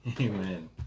amen